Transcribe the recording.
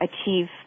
achieve